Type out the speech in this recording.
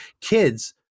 kids